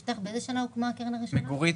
מגוריט,